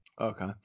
Okay